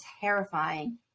terrifying